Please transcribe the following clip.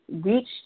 reached